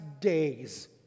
days